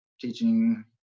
teaching